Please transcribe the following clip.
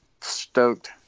Stoked